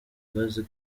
akazi